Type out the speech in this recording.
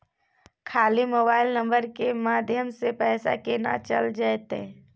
खाली mobile number के माध्यम से पैसा केना चल जायछै?